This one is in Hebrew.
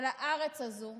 על הארץ הזו,